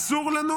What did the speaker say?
אסור לנו